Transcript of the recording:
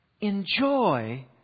enjoy